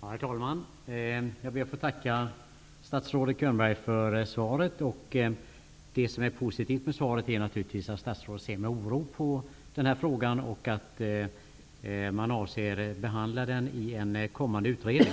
Herr talman! Jag ber att få tacka statsrådet Könberg för svaret. Det positiva är naturligtvis att statsrådet ser med oro på den här frågan och att man avser att behandla den i en kommande utredning.